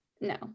No